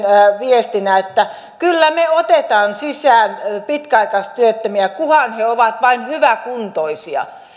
viestinä että kyllä me otamme sisään pitkäaikaistyöttömiä kunhan he ovat vain hyväkuntoisia